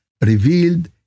revealed